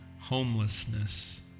homelessness